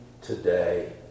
today